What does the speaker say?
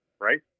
Right